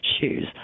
shoes